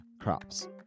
crops